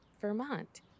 Vermont